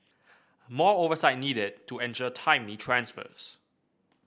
more oversight needed to ensure timely transfers